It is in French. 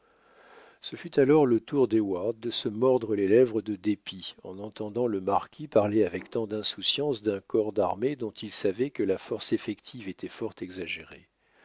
ce fut alors le tour d'heyward de se mordre les lèvres de dépit en entendant le marquis parler avec tant d'insouciance d'un corps d'armée dont il savait que la force effective était fort exagérée